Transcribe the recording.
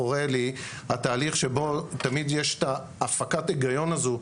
חורה לי התהליך שבו תמיד יש את הפקת ההיגיון הזו,